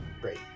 great